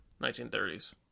1930s